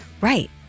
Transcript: Right